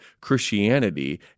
Christianity